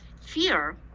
fear